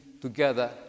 together